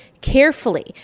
carefully